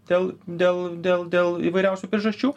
dėl dėl dėl dėl įvairiausių priežasčių